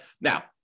Now